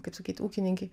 kaip sakyt ūkininkė